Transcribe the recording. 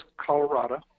Colorado